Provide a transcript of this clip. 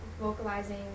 vocalizing